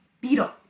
Beetle